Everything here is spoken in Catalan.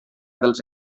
dels